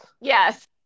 Yes